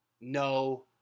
no